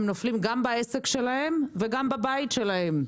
הם נופלים גם בעסק שלהם וגם בבית שלהם.